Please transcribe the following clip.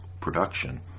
production